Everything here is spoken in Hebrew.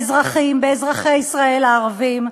באזרחים, באזרחי ישראל הערבים.